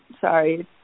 Sorry